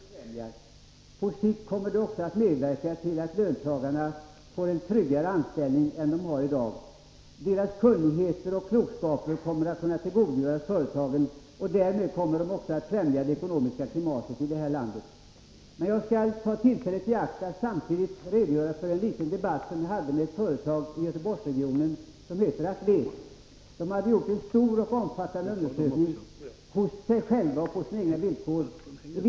Herr talman! Jag anser att företagandet kommer att befrämjas. På sikt kommer det också att medverka till att löntagarna får en tryggare anställning än de i dag har. Företagen kommer att kunna tillgodogöra sig löntagarnas kunnighet och klokskap. Därmed. kommer de också att främja det ekonomiska klimatet i landet. Jag skall ta tillfället i akt att redogöra för en liten debatt som jag hade med ett företag i Göteborgsregionen som heter Atlet. Företaget hade gjort en omfattande undersökning om sin egen verksamhet, på sina villkor.